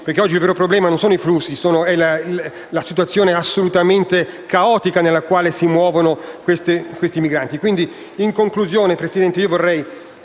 perché oggi il problema non sono i flussi ma la situazione assolutamente caotica nella quale si muovono questi migranti.